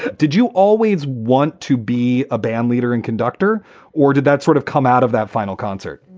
did you always want to be a band leader and conductor or did that sort of come out of that final concert?